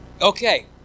okay